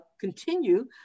continue